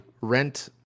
rent